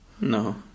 No